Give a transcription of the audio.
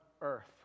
earth